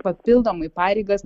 papildomai pareigas